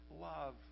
love